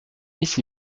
ici